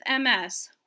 MS